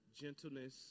gentleness